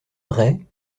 bret